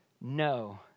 no